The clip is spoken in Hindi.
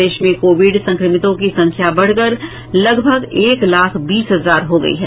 प्रदेश में कोविड संक्रमितों की संख्या बढ़कर लगभग एक लाख बीस हजार हो गयी है